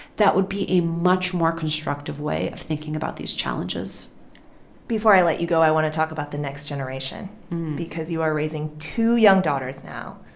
that would be a much more constructive way of thinking about these challenges before i let you go, i want to talk about the next generation because you are raising two young daughters now.